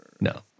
no